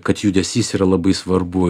kad judesys yra labai svarbu